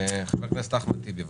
חבר הכנסת אחמד טיבי בבקשה.